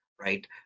Right